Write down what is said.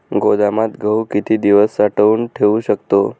गोदामात गहू किती दिवस साठवून ठेवू शकतो?